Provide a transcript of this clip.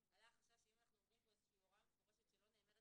עלה החשש שאם אנחנו אומרים פה הוראה מפורשת שלא נאמרת